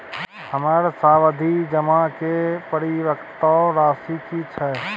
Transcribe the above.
हमर सावधि जमा के परिपक्वता राशि की छै?